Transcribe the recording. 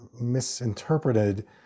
misinterpreted